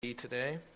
today